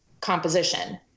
composition